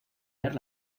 ver